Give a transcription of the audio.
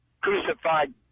crucified